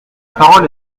parole